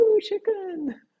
chicken